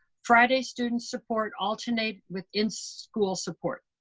friday student support alternate with in school support.